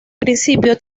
principio